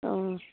অঁ